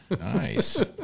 Nice